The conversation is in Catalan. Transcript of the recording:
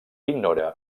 ignora